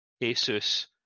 Asus